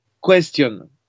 question